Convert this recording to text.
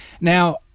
Now